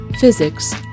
Physics